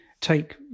take